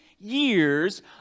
Years